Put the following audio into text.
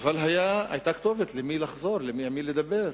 אבל היתה כתובת למי לחזור, עם מי לדבר.